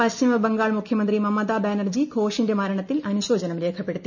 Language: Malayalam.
പശ്ചിമ ബംഗാൾ മുഖ്യമന്ത്രി മമതാ ബാനർജി ഘോഷിന്റെ മരണത്തിൽ അനുശോചനം രേഖപ്പെടുത്തി